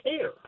care